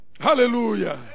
hallelujah